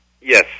Yes